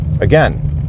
Again